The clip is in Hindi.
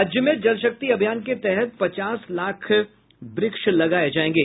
राज्य में जल शक्ति अभियान के तहत पचास लाख वृक्ष लगाये जायेंगे